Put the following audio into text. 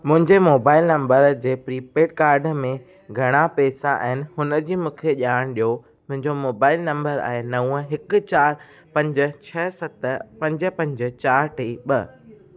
मुंहिंजे mobile number जे prepaid card में घणा पैसा आहिनि हुनजी मूंखे ॼाण ॾियो मुंहिंजो माबाइल नम्बर आहे नव हिकु चार पंज छह सत पंज पंज चार टे ॿ